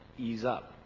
ease up.